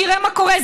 שיראה מה קורה.